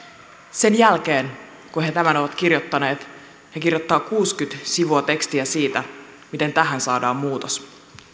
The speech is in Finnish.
sen jälkeen kun he tämän ovat kirjoittaneet he kirjoittavat kuusikymmentä sivua tekstiä siitä miten tähän saadaan muutos